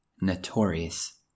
Notorious